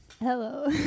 Hello